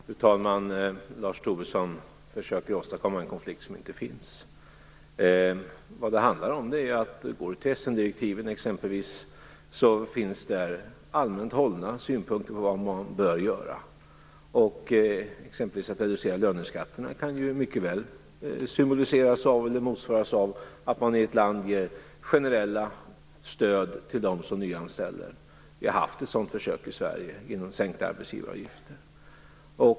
Fru talman! Lars Tobisson försöker åstadkomma en konflikt som inte finns. Går man till t.ex. Essendirektiven hittar man allmänt hållna synpunkter på vad man bör göra. Att exempelvis reducera löneskatterna kan mycket väl motsvaras av att man i ett land ger generella stöd till dem som nyanställer. Vi har haft ett sådant försök i Sverige med sänkta arbetsgivaravgifter.